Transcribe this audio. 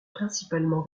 principalement